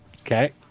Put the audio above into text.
Okay